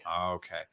Okay